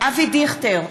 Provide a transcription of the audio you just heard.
אבי דיכטר,